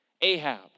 Ahab